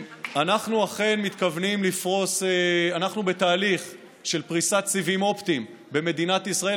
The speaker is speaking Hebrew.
אנחנו אכן בתהליך של פריסת סיבים אופטיים במדינת ישראל.